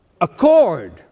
Accord